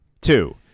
two